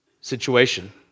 situation